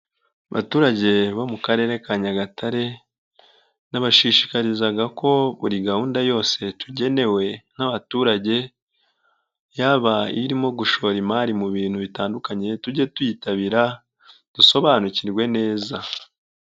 Abaturage bo mu karere ka Nyagatare, nabashishikarizaga ko buri gahunda yose tugenewe n'abaturage yaba irimo gushora imari mu bintu bitandukanye, tujye tuyitabira dusobanukirwe neza.